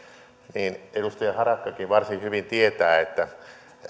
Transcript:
niin kuten edustaja harakkakin varsin hyvin tietää